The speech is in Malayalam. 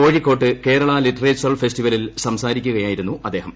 കോഴിക്കോട്ട് കേരള ലിറ്ററേച്ചർ ഫെസ്റ്റിവലിൽ സംസാരിക്കുകയായിരുന്നു അദ്ദേഹം